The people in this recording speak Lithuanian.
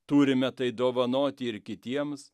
turime tai dovanoti ir kitiems